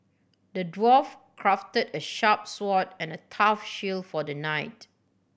the dwarf crafted a sharp sword and a tough for the knight